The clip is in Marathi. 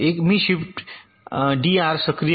मी शिफ्टडीआर सक्रिय करतो